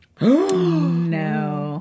No